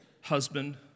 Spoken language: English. husband